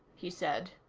he said.